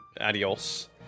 adios